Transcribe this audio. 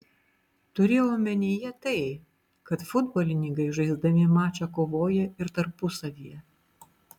turėjau omenyje tai kad futbolininkai žaisdami mačą kovoja ir tarpusavyje